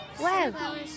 Wow